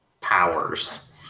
powers